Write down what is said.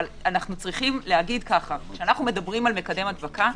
אבל כשאנחנו מדברים על מקדם הדבקה,